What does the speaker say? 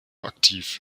aktiv